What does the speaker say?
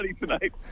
tonight